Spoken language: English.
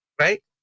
Right